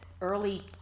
early